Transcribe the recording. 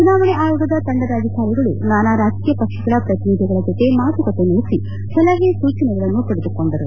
ಚುನಾವಣೆ ಆಯೋಗದ ತಂಡದ ಅಧಿಕಾರಿಗಳು ನಾನಾ ರಾಜಕೀಯ ಪಕ್ಷಗಳ ಪ್ರತಿನಿಧಿಗಳ ಜೊತೆ ಮಾತುಕತೆ ನಡೆಸಿ ಸಲಹೆ ಸೂಚನೆಗಳನ್ನು ಪಡೆದುಕೊಂಡರು